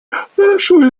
хорошо